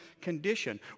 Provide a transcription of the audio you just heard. condition